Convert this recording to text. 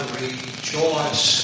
rejoice